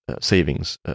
savings